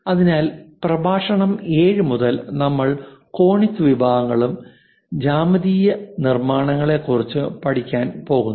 അതിനാൽ പ്രഭാഷണം 7 മുതൽ നമ്മൾ കോണിക് വിഭാഗങ്ങളും ജ്യാമിതീയ നിർമ്മാണങ്ങളെ കുറിച്ച് പഠിക്കാൻ പോകുന്നു